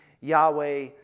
Yahweh